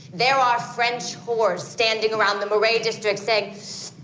there are french whores standing around the marais district saying,